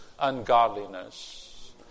ungodliness